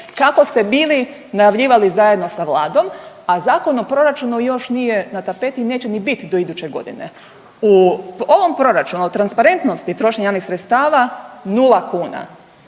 kako ste bili najavljivali zajedno sa Vladom, a zakon o proračunu još nije na tapeti i neće ni bit do iduće godine. U ovom proračunu o transparentnosti trošenja javnih sredstava 0 kn.